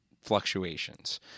fluctuations